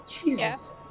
Jesus